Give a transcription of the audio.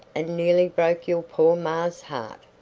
and nearly broke your poor ma's heart.